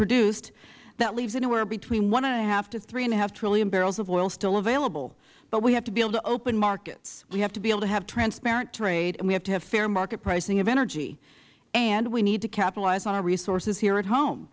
produced that leaves anywhere between one point five trillion to three five trillion barrels of oil still available but we have to be able to open markets we have to be able to have transparent trade and we have to have fair market pricing of energy and we need to capitalize on our resources here at home